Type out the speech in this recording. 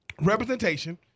representation